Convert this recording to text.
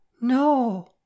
No